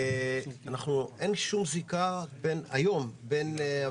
אין שום זיקה בין הוועדה